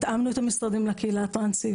התאמנו את המשרדים לקהילה הטרנסית.